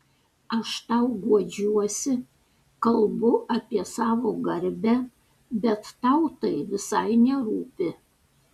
aš tau guodžiuosi kalbu apie savo garbę bet tau tai visai nerūpi